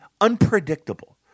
unpredictable